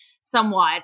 somewhat